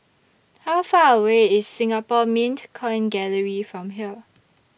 How Far away IS Singapore Mint Coin Gallery from here